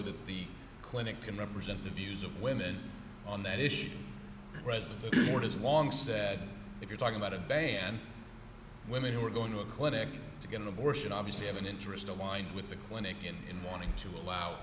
that the clinic can represent the views of women on that issue president ford has long said if you're talking about a ban women who are going to a clinic to get an abortion obviously have an interest aligned with the clinic in wanting to allow